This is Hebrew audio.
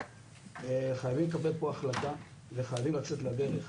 חייבים לקבל פה החלטה וחייבים לצאת לדרך,